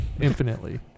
infinitely